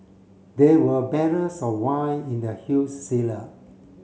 there were barrels of wine in the huge cellar